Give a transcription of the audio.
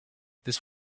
this